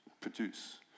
produce